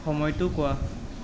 সময়টো কোৱা